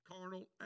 carnal